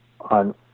on